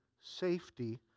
safety